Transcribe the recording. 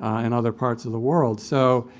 in other parts of the world. so,